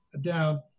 down